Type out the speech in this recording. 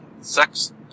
Sex